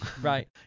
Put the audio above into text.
Right